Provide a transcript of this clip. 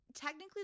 technically